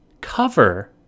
cover